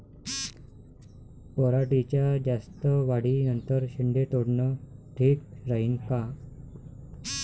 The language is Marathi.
पराटीच्या जास्त वाढी नंतर शेंडे तोडनं ठीक राहीन का?